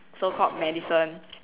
so called medicine